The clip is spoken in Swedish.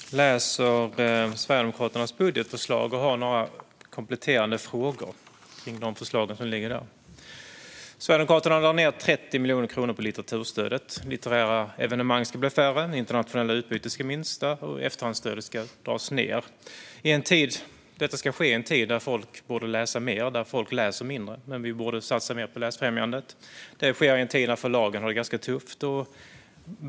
Fru talman! Jag läser Sverigedemokraternas budgetförslag och har några kompletterande frågor om förslagen där. Sverigedemokraterna drar ned 30 miljoner kronor på litteraturstödet. Litterära evenemang ska bli färre, internationella utbyten ska minska och efterhandsstödet ska dras ned. Detta ska ske i en tid när folk borde läsa mer men läser mindre. Vi borde satsa mer på läsfrämjandet. Detta sker i en tid då förlagen har det ganska tufft.